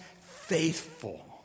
faithful